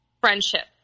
friendship